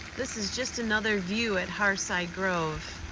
this is just another view at hearthside grove.